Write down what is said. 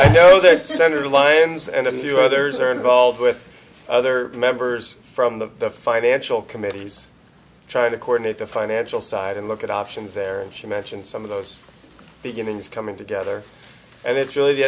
you know that senator lyons and a few others are involved with other members from the financial committees trying to coordinate the financial side and look at options there and she mentioned some of those beginnings coming together and it's really the